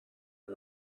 های